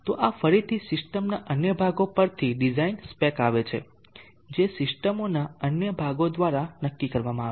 તો આ ફરીથી સિસ્ટમોના અન્ય ભાગો પરથી ડિઝાઇન સ્પેક આવે છે જે સિસ્ટમોના અન્ય ભાગો દ્વારા નક્કી કરવામાં આવે છે